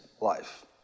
life